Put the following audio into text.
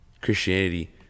Christianity